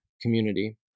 community